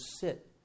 sit